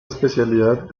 especialidad